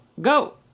go